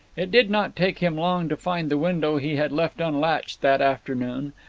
it did not take him long to find the window he had left unlatched that afternoon,